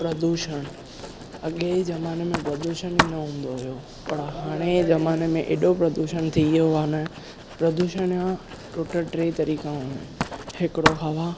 प्रदूषण अॻे जे ज़माने में प्रदूषण ई न हूंदो हुयो पर हाणे जे ज़माने में हेॾो प्रदूषण थी वियो आहे न प्रदूषण जा टोटल टे तरीक़ा हूंदा हिकिड़ो हवा